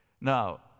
Now